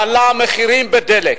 היא מעלה מחירים של דלק.